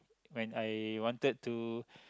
when I wanted to